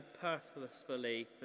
purposefully